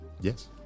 Yes